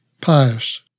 pious